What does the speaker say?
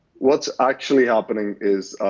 what's actually happening is,